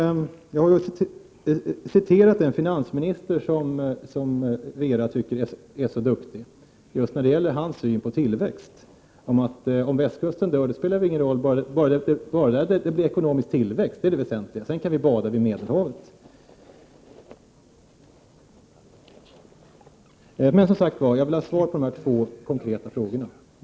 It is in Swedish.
Jag har citerat en finansminister som anses vara så duktig av vissa just när det gäller hans syn på tillväxten — om västkusten dör spelar ingen roll bara det blir ekonomisk tillväxt, det är det väsentliga. Sedan kan vi bada vid Medelhavet. Jag vill alltså ha svar på de två konkreta frågor som jag ställde.